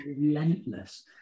relentless